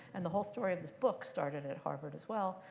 and the whole story of this book started at harvard, as well.